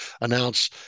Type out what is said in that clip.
announce